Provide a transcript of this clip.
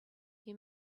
you